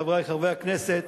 חברי חברי הכנסת,